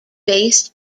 based